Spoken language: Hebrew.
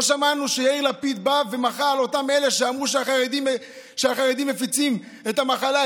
לא שמענו שיאיר לפיד בא ומכר לאותם אלה שאמרו שהחרדים מפיצים את המחלה,